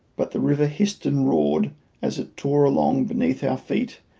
but the river hissed and roared as it tore along beneath our feet,